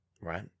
right